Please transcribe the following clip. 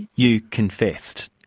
you confessed.